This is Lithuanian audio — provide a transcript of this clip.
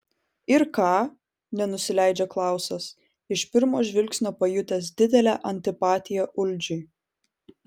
ir ką nenusileidžia klausas iš pirmo žvilgsnio pajutęs didelę antipatiją uldžiui